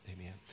amen